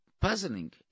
puzzling